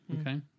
okay